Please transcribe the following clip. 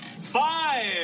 five